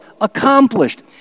accomplished